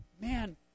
Man